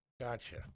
gotcha